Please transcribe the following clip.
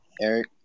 Eric